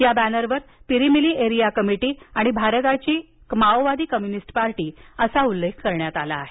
या बॅनरवर Pirimili area committee आणि भारताची माओवादी कम्युनिस्ट पार्टी असा उल्लेख करण्यात आला आहे